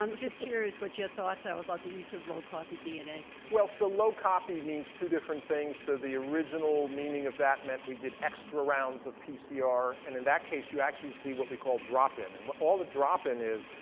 um just curious what your thoughts are about the use of low copy dna. well, so low copy means two different things. so the original meaning of that meant we did extra rounds of pcr. and in that case, you actually see what we call drop-in. and all the drop-in is,